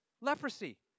leprosy